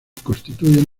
constituyen